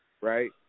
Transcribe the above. right